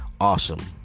awesome